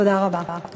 תודה רבה.